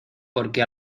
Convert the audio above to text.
porque